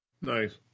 Nice